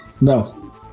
no